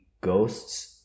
ghosts